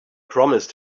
promised